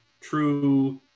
true